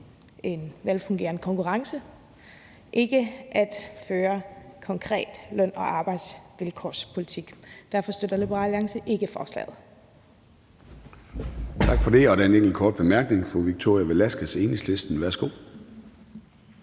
en velfungerende konkurrence. EU har ikke til opgave at føre konkret løn- og arbejdsvilkårspolitik. Derfor støtter Liberal Alliance ikke forslaget.